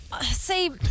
see